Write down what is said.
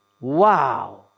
Wow